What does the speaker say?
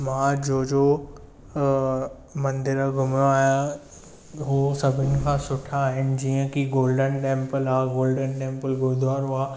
मां जो जो मंदर घुमियो आहियां उहे सभिनी खां सुठा आहिनि जीअं की गोल्डन टेंपल आहे गोल्डन टेंपल गुरुद्वारो आहे